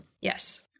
Yes